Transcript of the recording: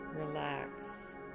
Relax